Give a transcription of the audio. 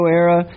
era